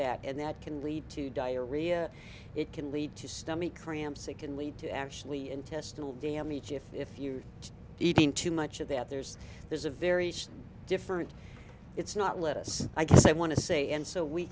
that and that can lead to diarrhea it can lead to stomach cramps it can lead to actually intestinal damage if you eating too much of that there's there's a very different it's not lettuce i guess i want to say and so we